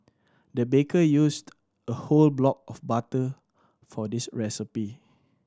the baker used a whole block of butter for this recipe